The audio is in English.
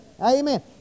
amen